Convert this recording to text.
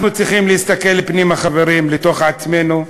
אנחנו צריכים להסתכל פנימה, חברים, לתוך עצמנו.